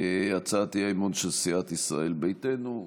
הצעת האי-אמון של סיעת ישראל ביתנו.